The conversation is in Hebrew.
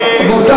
אדוני,